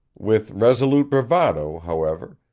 with resolute bravado, however,